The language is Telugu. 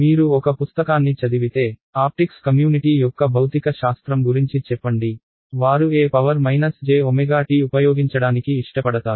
మీరు ఒక పుస్తకాన్ని చదివితే ఆప్టిక్స్ కమ్యూనిటీ యొక్క భౌతిక శాస్త్రం గురించి చెప్పండి వారు e jt ఉపయోగించడానికి ఇష్టపడతారు